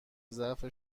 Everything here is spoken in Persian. ضعف